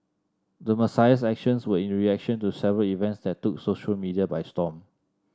the Messiah's actions were in reaction to several events that took social media by storm